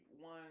one